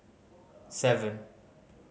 seven